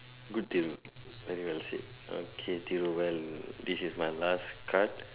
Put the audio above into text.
good deal very well said okay Thiru well this is my last card